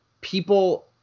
people